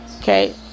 Okay